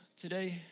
today